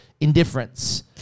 indifference